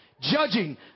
Judging